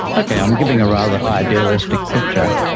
ok, i am giving a rather idealistic picture,